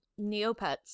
Neopets